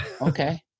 okay